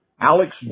Alex